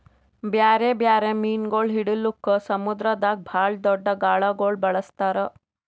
ಬ್ಯಾರೆ ಬ್ಯಾರೆ ಮೀನುಗೊಳ್ ಹಿಡಿಲುಕ್ ಸಮುದ್ರದಾಗ್ ಭಾಳ್ ದೊಡ್ದು ಗಾಳಗೊಳ್ ಬಳಸ್ತಾರ್